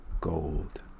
gold